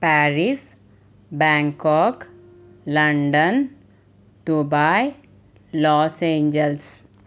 Paris Bangkok London Dubai Los Angeles